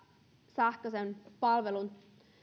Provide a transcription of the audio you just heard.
sähköisen palvelun